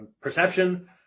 perception